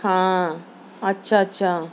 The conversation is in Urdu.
ہاں اچھا اچھا